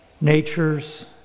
natures